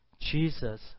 Jesus